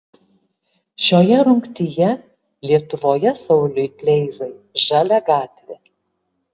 šioje rungtyje lietuvoje sauliui kleizai žalia gatvė